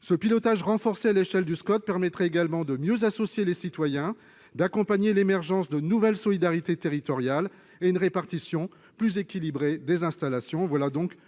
Ce pilotage renforcé à l'échelle du Scot permettrait également de mieux associer les citoyens, d'accompagner l'émergence de nouvelles solidarités territoriales et une répartition plus équilibrée des installations. L'adoption